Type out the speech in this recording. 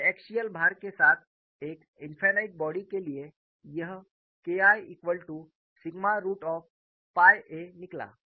biaxial भार के साथ एक इनफायनाइट बॉडी के लिए यह KIa निकला